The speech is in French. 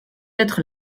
être